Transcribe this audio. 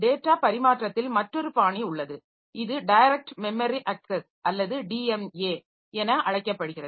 data பரிமாற்றத்தில் மற்றொரு பாணி உள்ளது இது டைரக்ட் மெமரி அக்ஸஸ் அல்லது டிஎம்ஏ என அழைக்கப்படுகிறது